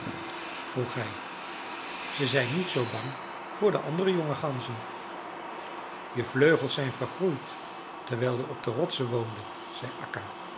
vroeg hij ze zijn niet zoo bang voor de andere jonge ganzen je vleugels zijn vergroeid terwijl je op de rotsen woonde zei